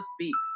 Speaks